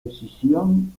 decisión